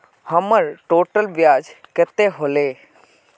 हमर टोटल ब्याज कते होले?